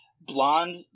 blonde